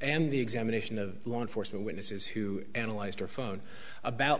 and the examination of law enforcement witnesses who analyzed her phone about